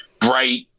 bright